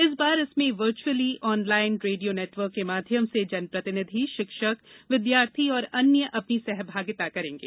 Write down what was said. इस बार इसमें वर्च्अली ऑनलाइन रेडियो नेटवर्क के माध्यम से जनप्रतिनिधि शिक्षक विद्यार्थी एवं अन्य अपनी सहभागिता करेंगे